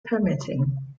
permitting